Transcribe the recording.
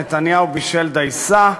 נתניהו בישל דייסה,